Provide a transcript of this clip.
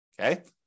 Okay